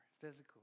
physically